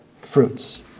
fruits